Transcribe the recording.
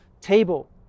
table